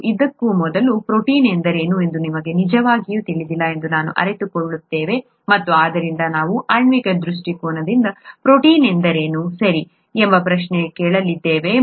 ಮತ್ತು ಅದಕ್ಕೂ ಮೊದಲು ಪ್ರೋಟೀನ್ ಎಂದರೇನು ಎಂದು ನಮಗೆ ನಿಜವಾಗಿಯೂ ತಿಳಿದಿಲ್ಲ ಎಂದು ನಾವು ಅರಿತುಕೊಳ್ಳುತ್ತೇವೆ ಮತ್ತು ಆದ್ದರಿಂದ ನಾವು ಆಣ್ವಿಕ ದೃಷ್ಟಿಕೋನದಿಂದ ಪ್ರೋಟೀನ್ ಎಂದರೇನು ಸರಿ ಎಂಬ ಪ್ರಶ್ನೆಯನ್ನು ಕೇಳಲಿದ್ದೇವೆ